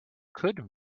could